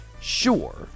Sure